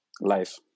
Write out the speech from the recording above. life